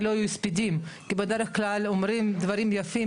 יהיו הספדים כי בדרך כלל אומרים דברים יפים